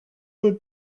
would